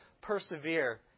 persevere